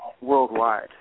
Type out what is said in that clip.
worldwide